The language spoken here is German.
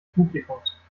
publikums